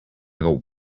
got